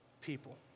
people